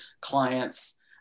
clients